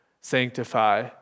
sanctify